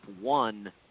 one